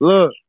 Look